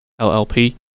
LLP